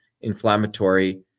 inflammatory